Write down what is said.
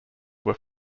were